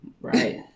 Right